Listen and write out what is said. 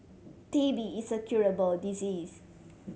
T B is a curable disease